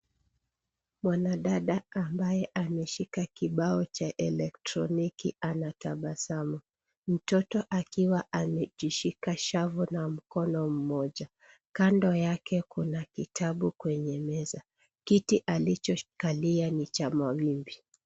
Mwanadada ambaye ameshika kibao cha elektroniki anatabasamu. Mtoto akiwa amejishika shavu na mkono mmoja. Kando yake kuna kitabu kwenye meza. Kiti alichokalia ni cha mavimbi.